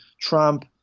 Trump